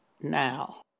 now